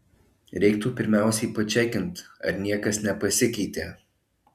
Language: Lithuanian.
reiktų pirmiausiai pačekint ar niekas nepasikeitė